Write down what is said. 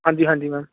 ਹਾਂਜੀ ਹਾਂਜੀ ਮੈਮ